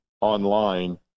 online